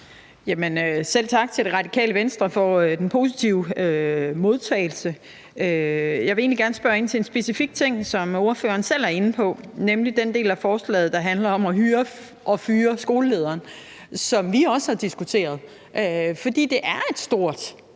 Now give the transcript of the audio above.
Selv tak til Radikale Venstre for den positive modtagelse. Jeg vil egentlig gerne spørge ind til en specifik ting, som ordføreren selv var inde på, nemlig den del af forslaget, der handler om at hyre og fyre skolelederen, som vi også har diskuteret, for det er et stort